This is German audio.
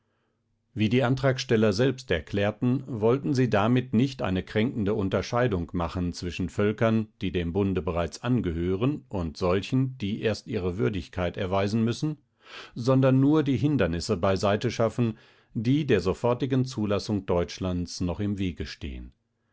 wie die antragsteller selbst erklärten wollten sie damit nicht eine kränkende unterscheidung machen zwischen völkern die dem bunde bereits angehören und solchen die erst ihre würdigkeit erweisen müssen sondern nur die hindernisse beiseite schaffen die der sofortigen zulassung deutschlands noch im wege stehen